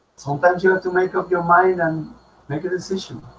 sometimes you have to make up your mind and make a decision.